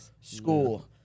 school